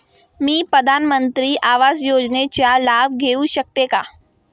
मी प्रधानमंत्री आवास योजनेचा लाभ घेऊ शकते का?